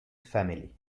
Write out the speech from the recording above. family